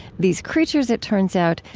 these creatures, it turns out,